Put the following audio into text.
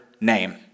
Name